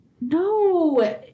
No